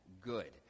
good